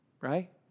Right